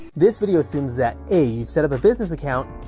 this video assumes that a. you've set up a business account.